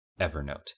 Evernote